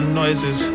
noises